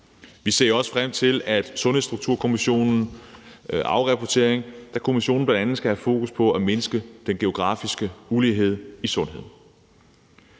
Vi ser også frem til Sundhedsstrukturkommissionens afrapportering, da kommissionen bl.a. har fokus på at mindske den geografiske ulighed i sundhed.